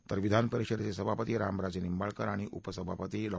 तर विधानपरिषदेचे सभापती रामराजे निंबाळकर आणि उपसभापती डॉ